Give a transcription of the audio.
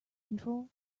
control